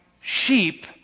sheep